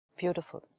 beautiful